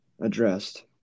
addressed